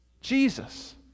Jesus